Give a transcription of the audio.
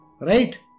Right